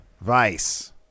Vice